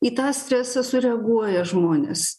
į tą stresą sureaguoja žmonės